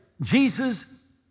Jesus